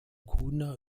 cunha